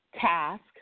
task